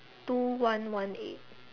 two one one eight